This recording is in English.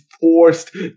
forced